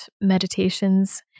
meditations